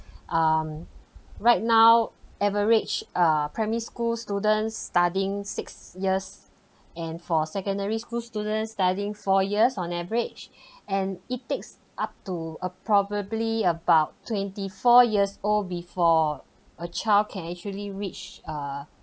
um right now average err primary school student studying six years and for secondary school students studying four years on average and it takes up to a probably about twenty four years old before a child can actually reached err